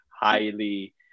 highly